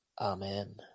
Amen